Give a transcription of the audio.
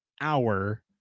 hour